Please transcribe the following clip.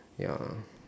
ya